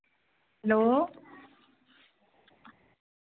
hello